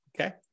Okay